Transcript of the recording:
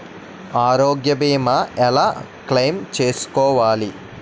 ఆరోగ్య భీమా ఎలా క్లైమ్ చేసుకోవాలి?